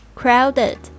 crowded